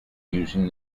using